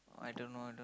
I don't know I don't know